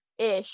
ish